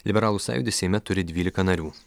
liberalų sąjūdis seime turi dvylika narių